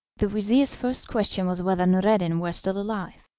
the vizir's first question was whether noureddin were still alive.